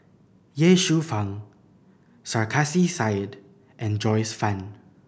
Ye Shufang Sarkasi Said and Joyce Fan